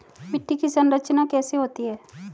मिट्टी की संरचना कैसे होती है?